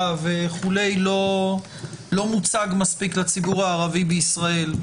וכו' לא מוצג מספיק לציבור הערבי בישראל?